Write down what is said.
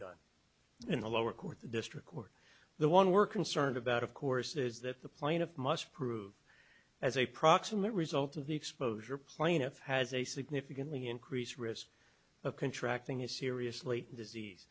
done in the lower court the district court the one we're concerned about of course is that the plaintiff must prove as a proximate result of the exposure plaintiff has a significantly increased risk of contracting his seriously disease